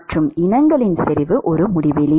மற்றும் இனங்களின் செறிவு ஒரு முடிவிலி